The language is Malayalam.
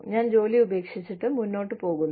ഞാൻ ജോലി ഉപേക്ഷിച്ച് മുന്നോട്ട് പോകുന്നു